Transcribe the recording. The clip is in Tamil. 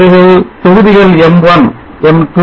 இவைகள் தொகுதிகள் M1 M2